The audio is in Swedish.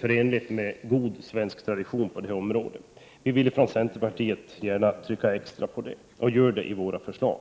förenlig med god svensk tradition på detta område. Vi från centern vill gärna trycka extra på detta, och gör det i våra förslag.